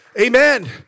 Amen